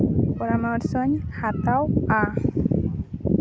ᱯᱚᱨᱟᱢᱚᱨᱥᱚ ᱧ ᱦᱟᱛᱟᱣᱼᱟ